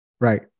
right